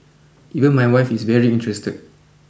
even my wife is very interested